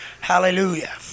Hallelujah